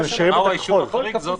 מהו האישור החריג, זו שאלה אחרת.